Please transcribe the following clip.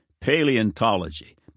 paleontology